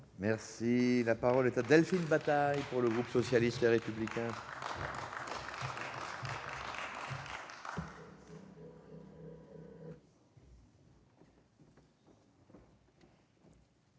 La parole est à Mme Delphine Bataille, pour le groupe socialiste et républicain.